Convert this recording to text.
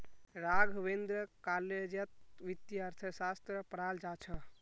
राघवेंद्र कॉलेजत वित्तीय अर्थशास्त्र पढ़ाल जा छ